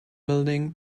building